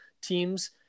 teams